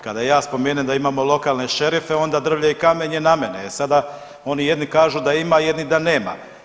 Kada ja spomenem da imamo lokalne šerife onda drvlje i kamenje na mene, e sada oni jedni kažu da ima, jedni da nema.